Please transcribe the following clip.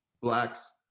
Blacks